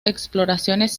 exploraciones